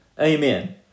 amen